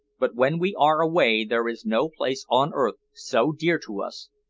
but when we are away there is no place on earth so dear to us,